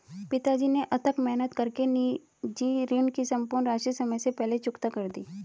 पिताजी ने अथक मेहनत कर के निजी ऋण की सम्पूर्ण राशि समय से पहले चुकता कर दी